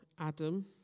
Adam